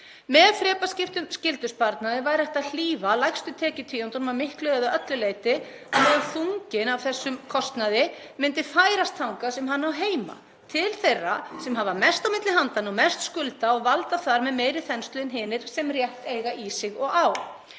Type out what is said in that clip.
Með þrepaskiptum skyldusparnaði væri hægt að hlífa lægstu tekjutíundunum að miklu eða öllu leyti á meðan þunginn af þessum kostnaði myndi færast þangað sem hann á heima, til þeirra sem hafa mest á milli handanna, mest skulda og valda þar með meiri þenslu en hinir sem rétt eiga í sig og á.